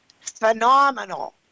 Phenomenal